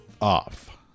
off